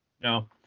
no